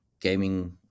gaming